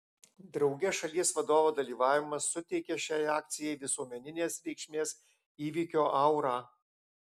drauge šalies vadovo dalyvavimas suteikia šiai akcijai visuomeninės reikšmės įvykio aurą